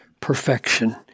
perfection